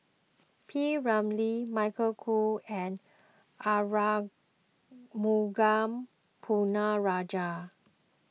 P Ramlee Eric Khoo and Arumugam Ponnu Rajah